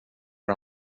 att